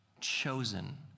chosen